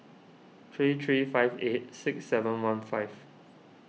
three three five eight six seven one five